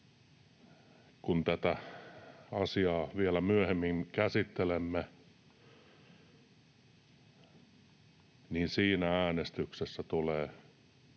kun tätä asiaa vielä myöhemmin käsittelemme, siinä äänestyksessä — en